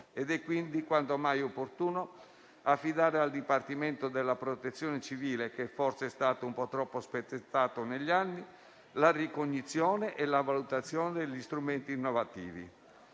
ed è quindi quanto mai opportuno affidare al Dipartimento della protezione civile, che forse è stato un po' troppo spezzettato negli anni, la ricognizione e la valutazione degli strumenti innovativi.